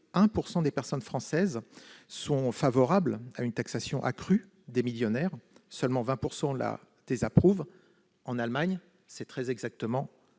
% des Français sont favorables à une taxation accrue des millionnaires. Seuls 20 % la désapprouvent. En Allemagne, c'est très exactement